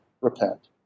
repent